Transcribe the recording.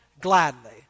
gladly